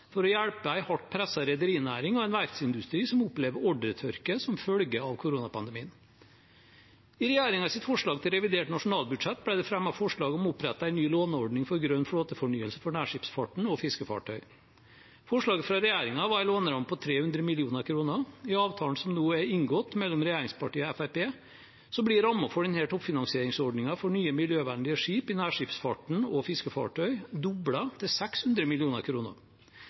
for å hjelpe en hardt presset rederinæring og en verftsindustri som opplever ordretørke som følge av koronapandemien. I regjeringens forslag til revidert nasjonalbudsjett ble det fremmet forslag om å opprette en ny låneordning for grønn flåtefornyelse for nærskipsfarten og fiskefartøy. Forslaget fra regjeringen var en låneramme på 300 mill. kr. I avtalen som nå er inngått mellom regjeringspartiene og Fremskrittspartiet, blir rammen for denne toppfinansieringsordningen for nye miljøvennlige skip i nærskipsfarten og fiskefartøy doblet, til 600